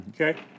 okay